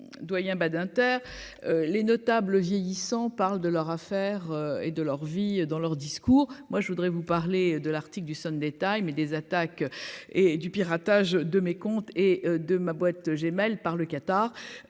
doyen Badinter les notes. Table vieillissant, parlent de leur affaire et de leur vie, dans leurs discours, moi, je voudrais vous parler de l'article du Sunday Time et des attaques et du piratage de mes comptes et de ma boîte GMail par le Qatar,